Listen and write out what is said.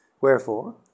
Wherefore